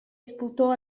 sputò